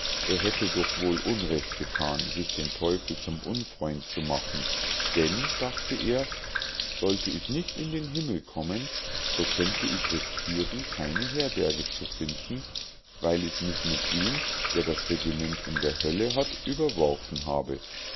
er hätte doch wohl unrecht gethan sich den teufel zum unfreund zu machen denn dachte er sollte ich nicht in den himmel kommen so könnte ich riskiren keine herberge zu finden weil ich mich mit dem der das regiment in der hölle hat überworfen habe